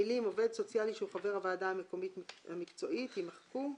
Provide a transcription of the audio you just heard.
המילים "עובד סוציאלי שהוא חבר הוועדה המקומית המקצועית," יימחקו.